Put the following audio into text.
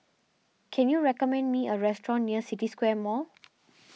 can you recommend me a restaurant near City Square Mall